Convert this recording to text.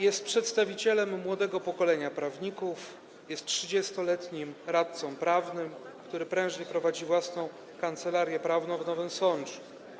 Jest przedstawicielem młodego pokolenia prawników, trzydziestoletnim radcą prawnym, który prężnie prowadzi własną kancelarię prawną w Nowym Sączu.